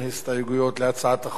גם אין בקשות